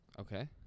Okay